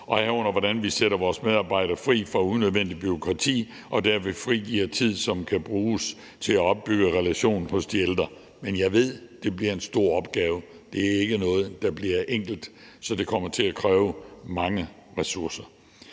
og herunder, hvordan vi sætter vores medarbejdere fri for unødvendigt bureaukrati og derved frigiver tid, som kan bruges til at opbygge relationer hos de ældre, men jeg ved, det bliver en stor opgave. Det er ikke noget, der bliver enkelt, så det kommer til at kræve mange ressourcer.